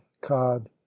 cod